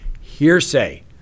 hearsay